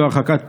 והרחקת פשע,